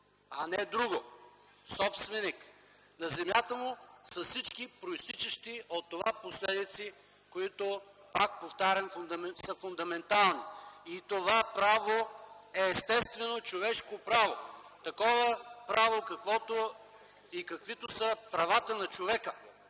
го направим собственик на земята му с всички произтичащи от това последици, които, пак повтарям, са фундаментални. Това право е естествено човешко право! Такова право, каквото и каквито са правата на човека.